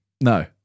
No